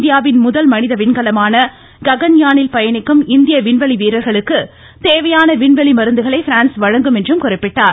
இந்தியாவின் முதல் மனித விண்கலமான ககன்யானில் பயணிக்கும் இந்திய விண்வெளி வீரர்களுக்கு தேவையான விண்வெளி மருந்துகளை பிரான்ஸ் வழங்கும் என்றும் குறிப்பிட்டார்